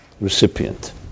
Recipient